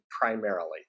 primarily